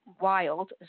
Wild